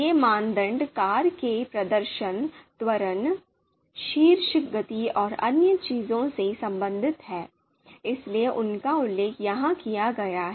ये मानदंड कार के प्रदर्शन त्वरण शीर्ष गति और अन्य चीजों से संबंधित हैं इसलिए उनका उल्लेख यहां किया गया है